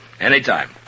Anytime